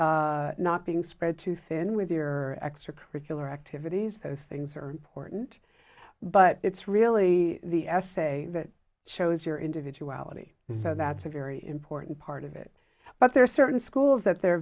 and not being spread too thin with your extra curricular activities those things are important but it's really the essay that shows your individuality so that's a very important part of it but there are certain schools that they're